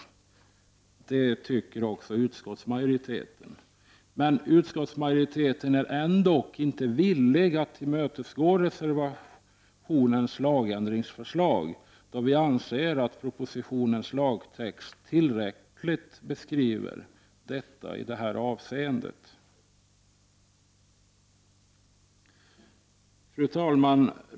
Utskottsmajoriteten är ändock inte villig att tillmötesgå reservationens lagändringsförslag, då vi anser att propositionens lagtext är tillräcklig i detta avseende. Fru talman!